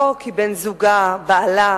לא כי בן-זוגה, בעלה,